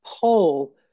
pull